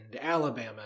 Alabama